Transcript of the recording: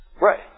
Right